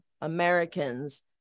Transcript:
Americans